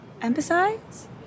emphasize